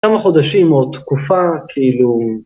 כמה חודשים או תקופה כאילו